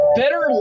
better